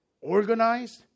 organized